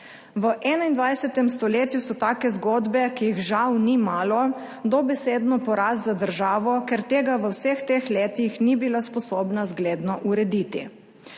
V 21. stoletju so take zgodbe, ki jih žal ni malo, dobesedno poraz za državo, ker tega v vseh teh letih ni bila sposobna zgledno urediti.